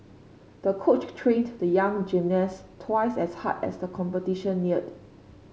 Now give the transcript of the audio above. the coach trained the young gymnast twice as hard as the competition neared